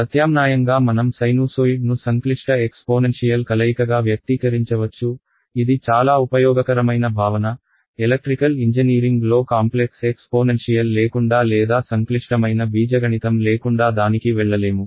ప్రత్యామ్నాయంగా మనం సైనూసోయిడ్ ను సంక్లిష్ట ఎక్స్పోనెన్షియల్ కలయికగా వ్యక్తీకరించవచ్చు ఇది చాలా ఉపయోగకరమైన భావన ఎలక్ట్రికల్ ఇంజనీరింగ్ లో కాంప్లెక్స్ ఎక్స్పోనెన్షియల్ లేకుండా లేదా సంక్లిష్టమైన బీజగణితం లేకుండా దానికి వెళ్ళలేము